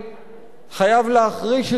חייב להחריש את האוזן,